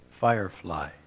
firefly